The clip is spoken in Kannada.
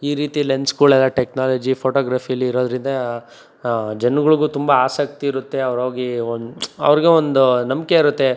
ಈ ರೀತಿ ಲೆನ್ಸ್ಗಳೆಲ್ಲ ಟೆಕ್ನಾಲಜಿ ಫೋಟೋಗ್ರಫಿಯಲ್ಲಿರೋದರಿಂದ ಜನ್ಗಳಿಗು ತುಂಬ ಆಸಕ್ತಿ ಇರುತ್ತೆ ಅವ್ರೋಗಿ ಒನ್ ಅವ್ರಿಗೆ ಒಂದು ನಂಬಿಕೆ ಇರುತ್ತೆ